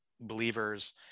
believers